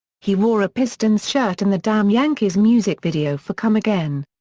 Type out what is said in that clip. he wore a pistons shirt in the damn yankees music video for come again.